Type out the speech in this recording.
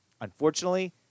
unfortunately